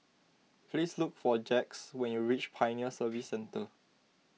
please look for Jax when you reach Pioneer Service Centre